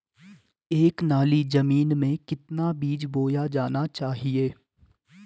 एक नाली जमीन में कितना बीज बोया जाना चाहिए?